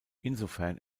insofern